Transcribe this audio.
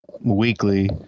weekly